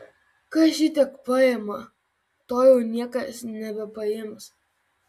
kas šitiek paima to jau niekas nebepaims